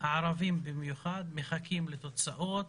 הערבים במיוחד מחכים לתוצאות,